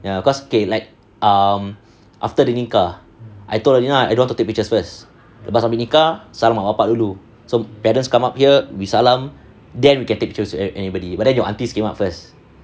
ya cause okay like um after the nikah I told alina I don't want to take pictures first lepas habis nikah mak bapa dulu so parents come up here we salam then we get take pictures with anybody but then your aunties came up first